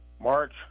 March